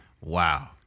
Wow